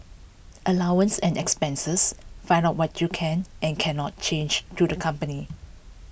allowance and expenses find out what you can and cannot change to the company